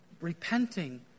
repenting